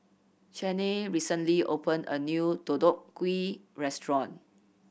Cheyenne recently opened a new Deodeok Gui restaurant